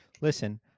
Listen